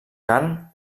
carn